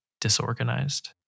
disorganized